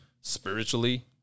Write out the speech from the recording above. spiritually